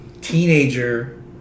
teenager